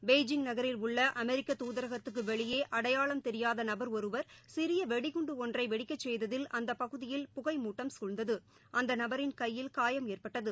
Beijing நகரில் உள்ளஅமெரிக்க தூதரகத்துக்குவெளியேஅடையாளம் தெரியாதநபர் ஒருவர் சிறியவெடிகுண்டுஒன்றைவெடிக்கச் செய்ததில் அந்தபகுதியில் புகைமூட்டம் குழ்ந்தது அந்தநபரின் கையில் காயம் ஏற்பட்டது